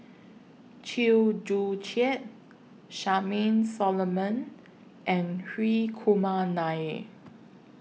Chew Joo Chiat Charmaine Solomon and Hri Kumar Nair